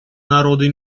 народы